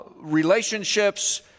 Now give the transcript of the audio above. relationships